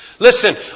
Listen